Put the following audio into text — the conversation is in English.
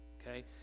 okay